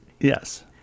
Yes